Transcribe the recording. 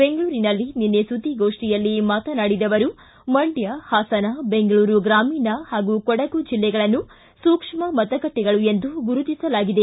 ಬೆಂಗಳೂರಿನಲ್ಲಿ ನಿನ್ನೆ ಸುದ್ದಿಗೋಷ್ಠಿಯಲ್ಲಿ ಮಾತನಾಡಿದ ಅವರು ಮಂಡ್ಯ ಹಾಸನ ಬೆಂಗಳೂರು ಗ್ರಾಮೀಣ ಹಾಗೂ ಕೊಡಗು ಜಿಲ್ಲೆಗಳನ್ನು ಸೂಕ್ಷ್ಮ ಮತಗಟ್ಟೆಗಳು ಎಂದು ಗುರುತಿಸಲಾಗಿದೆ